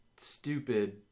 stupid